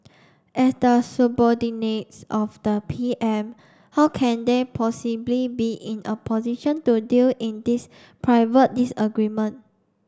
as the subordinates of the P M how can they possibly be in a position to deal in this private disagreement